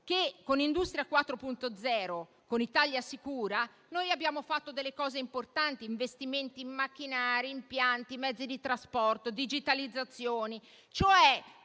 che con Industria 4.0 e con Italia sicura, noi abbiamo fatto delle cose importanti: investimenti in macchinari, impianti, mezzi di trasporto, digitalizzazioni,